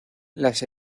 las